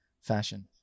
fashion